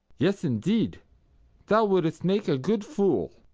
yes indeed thou wouldst make a good fool.